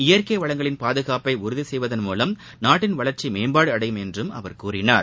இயற்கை வளங்களின் பாதுகாப்பு உறுதி செய்வதன் மூலம் நாட்டின் வளர்ச்சி மேம்பாடு அடையும் என்று அவர் கூறினார்